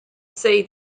see